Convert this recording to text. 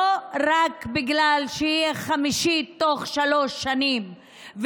לא רק בגלל שהיא חמישית תוך שלוש שנים,